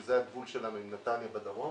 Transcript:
שזה הגבול שלנו עם נתניה בדרום,